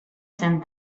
zen